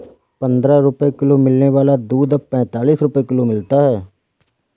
पंद्रह रुपए किलो मिलने वाला दूध अब पैंतालीस रुपए किलो मिलता है